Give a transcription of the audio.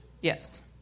Yes